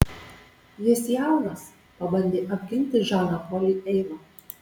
jis jaunas pabandė apginti žaną polį eiva